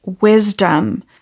wisdom